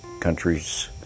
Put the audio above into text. countries